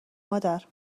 مادر